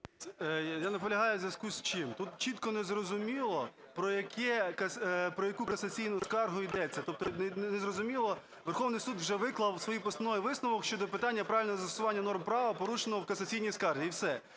Я наполягаю в зв'язку з чим? Тут чітко не зрозуміло, про яку касаційну скаргу йдеться, тобто не зрозуміло: Верховний Суд вже виклав в своїй постанові висновок щодо питання правильного застосування норм права, порушеного в касаційній скарзі, і все.